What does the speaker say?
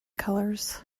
colors